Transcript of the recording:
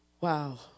Wow